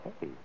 Hey